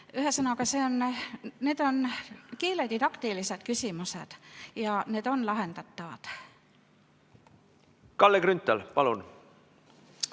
Ühesõnaga, need on keeledidaktilised küsimused ja need on lahendatavad. Kalle Grünthal, palun!